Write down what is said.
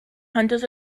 hunters